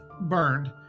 burned